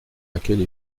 laquelle